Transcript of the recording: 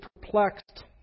perplexed